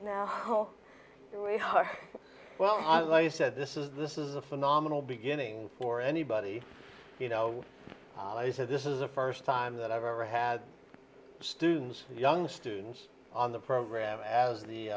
here we are well i like you said this is this is a phenomenal beginning for anybody you know this is the first time that i've ever had students young students on the program as the